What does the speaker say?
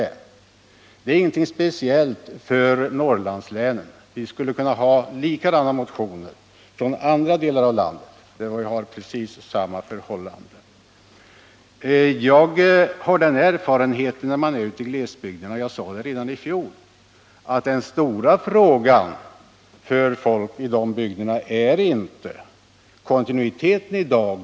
Det är ingenting speciellt för Norrlandslänen. Vi skulle kunna ha likadana motioner från andra delar av landet, där vi har precis likartade förhållanden. Jag har den erfarenheten, och det sade jag redan i fjol, att den stora frågan för folk ute i glesbygderna inte är kontinuiteten i relation till viss bestämd personal.